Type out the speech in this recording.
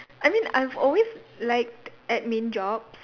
I mean I've always liked admin jobs